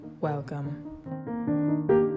welcome